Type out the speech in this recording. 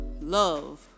love